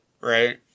Right